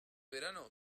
verano